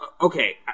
Okay